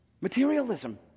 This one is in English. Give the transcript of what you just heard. materialism